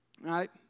right